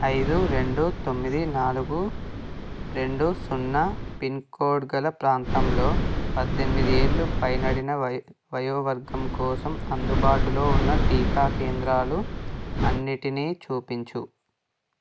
ఐదు రెండు తొమ్మిది నాలుగు రెండు సున్నా పిన్ కోడ్గల ప్రాంతంలో పద్దెనిమిది ఏళ్ళు పైబడిన వయోవర్గం కోసం అందుబాటులో ఉన్న టీకా కేంద్రాలు అన్నింటినీ చూపించుము